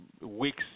weeks